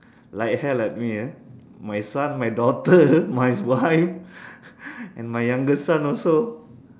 like hell at me ah my son my daughter my wife and my younger son also